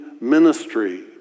ministry